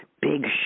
Big